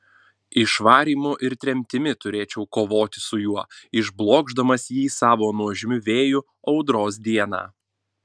išvarymu ir tremtimi turėčiau kovoti su juo išblokšdamas jį savo nuožmiu vėju audros dieną